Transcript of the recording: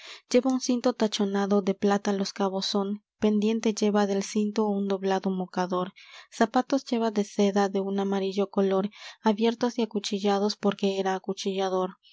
lleva un cinto tachonado de plata los cabos son pendiente lleva del cinto un doblado mocador zapatos lleva de seda de un amarillo color abiertos y acuchillados porque era acuchillador